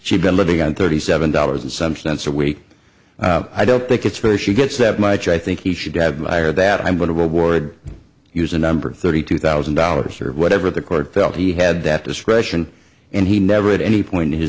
she'd been living on thirty seven dollars and some cents a week i don't think it's fair she gets that much i think he should have by or that i'm going toward use a number thirty two thousand dollars or whatever the court felt he had that discretion and he never at any point in his